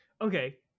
Okay